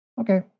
Okay